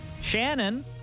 Shannon